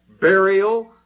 burial